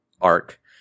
arc